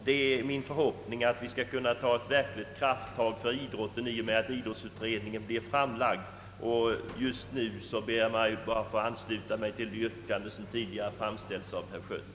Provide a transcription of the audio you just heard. Det är min förhoppning att vi skall kunna ta ett verkligt krafttag för idrotten i och med att idrottsutredningen framläggs. Nu ber jag att få ansluta mig till det yrkande som framställts av herr Schött.